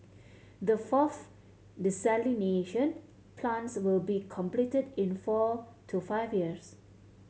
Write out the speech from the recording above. the fourth desalination plants will be completed in four to five years